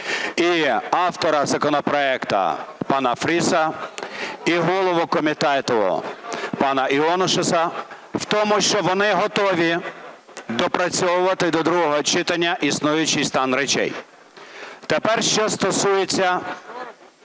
і автора законопроекту пана Фріса, і голову комітету пана Іонушаса в тому, що вони готові допрацьовувати до другого читання існуючий стан речей. Тепер що стосується